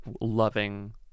loving